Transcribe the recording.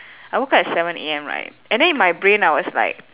I woke up at seven A_M right and then in my brain I was like